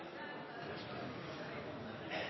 denne saka. Eg